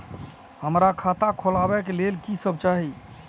हमरा खाता खोलावे के लेल की सब चाही?